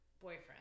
boyfriend